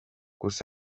kus